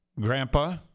grandpa